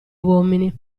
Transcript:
uomini